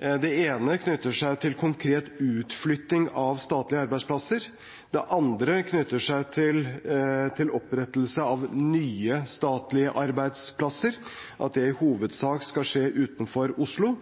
Den ene knytter seg til konkret utflytting av statlige arbeidsplasser. Den andre knytter seg til opprettelse av nye statlige arbeidsplasser – at det i hovedsak skal skje utenfor Oslo.